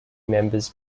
members